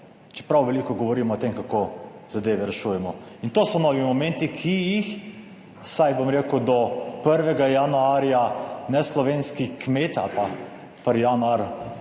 čeprav veliko govorimo o tem, kako zadeve rešujemo in to so novi momenti, ki jih vsaj, bom rekel, do 1. januarja ne slovenski kmet ali pa 1. januar,